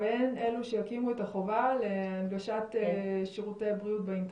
אלו שיקימו את החובה להנגשת שירותי הבריאות באינטרנט?